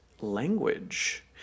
language